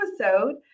episode